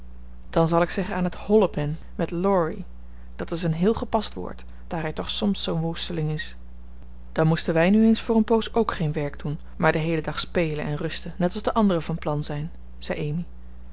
dan zal ik zeggen aan het hollen ben met laurie dat is een heel gepast woord daar hij toch soms zoo'n woesteling is dan moesten wij nu eens voor een poos ook geen werk doen maar den heelen dag spelen en rusten net als de anderen van plan zijn zei amy